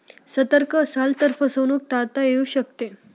सतर्क असाल तर फसवणूक टाळता येऊ शकते